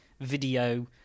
video